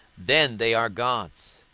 then they are gods.